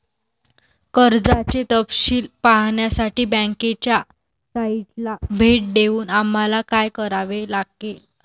कर्जाचे तपशील पाहण्यासाठी बँकेच्या साइटला भेट देऊन आम्हाला काय करावे लागेल?